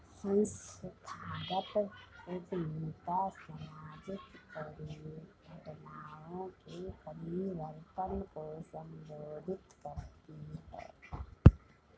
संस्थागत उद्यमिता सामाजिक परिघटनाओं के परिवर्तन को संबोधित करती है